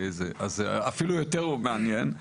אז הוא אפילו יותר מעניין.